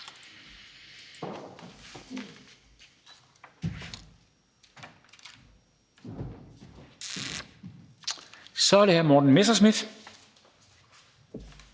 Så er det hr. Morten Messerschmidt,